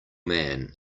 man